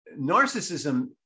narcissism